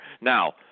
Now